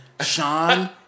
Sean